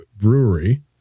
Brewery